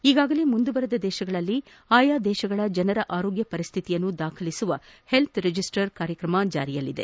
ಈಗಾಗಲೇ ಮುಂದುವರೆದ ದೇಶಗಳಲ್ಲಿ ಆಯಾ ದೇಶಗಳ ಜನರ ಆರೋಗ್ಯ ಪರಿಸ್ಥಿತಿಯನ್ನು ದಾಖಲಿಸುವ ಹೆಲ್ತ್ ರಿಜಿಸ್ಟರ್ ಕಾರ್ಯಕ್ರಮ ಜಾರಿಯಲ್ಲಿದೆ